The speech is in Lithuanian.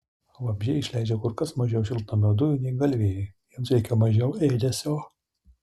vabzdžiai išleidžia kur kas mažiau šiltnamio dujų nei galvijai jiems reikia mažiau ėdesio